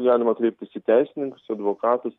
galima kreiptis į teisininkus advokatus